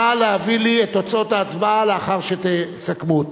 נא להביא לי את תוצאות ההצבעה לאחר שתסכמו אותה.